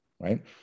Right